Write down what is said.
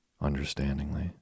understandingly